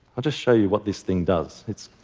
i'll just show you what this thing does. it's